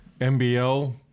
MBL